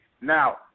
Now